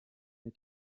der